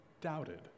doubted